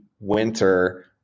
winter